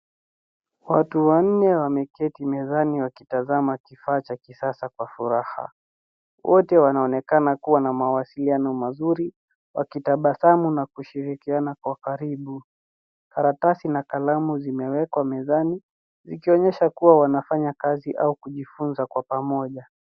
Watu wanne wameketi mezani wakitazama kifaa cha kisasa kwa furaha. Wote wanaonekana kuwa na mawasiliano mazuri wakitabasamu na kushirikiana kwa karibu. Karatasi na kalamu zimewekwa mezani, zikionyesha kuwa wanafanya kazi au kujifunza kwa pamoja.